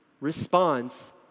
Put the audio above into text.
responds